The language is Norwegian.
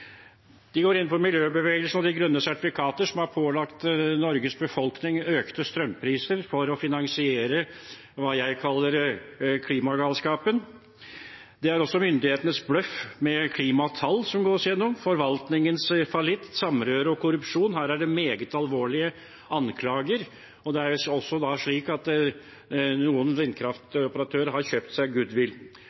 De går inn på miljøbevegelsen og de grønne sertifikater, som har pålagt Norges befolkning økte strømpriser for å finansiere hva jeg kaller klimagalskapen. Det er også myndighetenes bløff med klimatall som gås gjennom, forvaltningens fallitt, samrøre og korrupsjon – her er det meget alvorlige anklager, og det er visst også slik at noen vindkraftoperatører har kjøpt seg